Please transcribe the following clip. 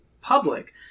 public